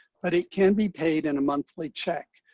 but it can be paid in a monthly check.